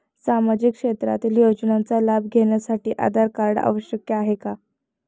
सामाजिक क्षेत्रातील योजनांचा लाभ घेण्यासाठी आधार कार्ड आवश्यक आहे का?